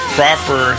proper